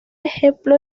ejemplo